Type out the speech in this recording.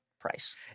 price